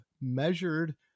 measured